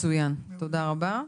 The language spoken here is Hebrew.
מצוין, תודה רבה.